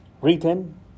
Written